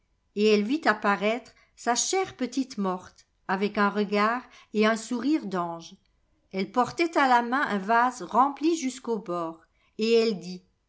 et elle vit apparaître sa chère petite morte avec un regard et un sourire d'ange elle portait à la main un vase rempli jusqu'au bord et elle dit